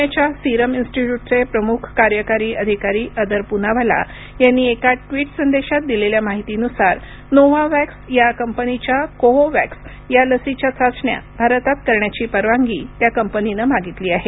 पुण्याच्या सिरम इन्स्टिट्यूटचे प्रमुख कार्यकारी अधिकारी अदर पूनावाला यांनी एका ट्वीट संदेशात दिलेल्या माहितीनुसार नोव्हावॅक्स या कंपनीच्या कोव्होव्हॅक्स या लसीच्या चाचण्या भारतात करण्याची परवानगी त्यांच्या कंपनीने मागितली आहे